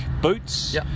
boots